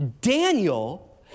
Daniel